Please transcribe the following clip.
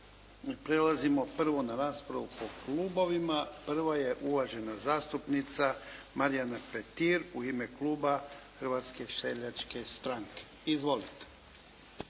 Prelazimo prvo na raspravu po klubovima. Prvo je uvažena zastupnica Marija Petir u ime Kluba Hrvatske seljačke stranke. Izvolite.